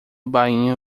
bainha